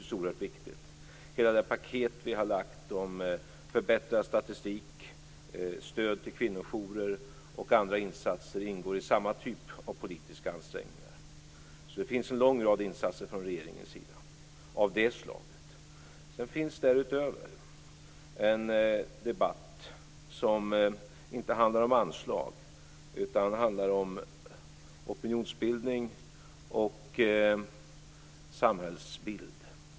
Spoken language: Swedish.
Vi har lagt fram förslag till ett helt paket om förbättrad statistik, stöd till kvinnojourer, och andra insatser ingår i samma typ av politiska ansträngningar. Det finns en lång rad insatser från regeringens sida. Därutöver finns en debatt som inte handlar om anslag utan om opinionsbildning och samhällsbild.